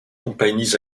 compagnies